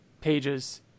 pages